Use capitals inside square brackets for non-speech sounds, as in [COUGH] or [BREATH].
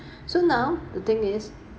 [BREATH] so now the thing is